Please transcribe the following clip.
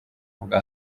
bwa